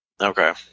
Okay